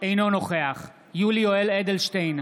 אינו נוכח יולי יואל אדלשטיין,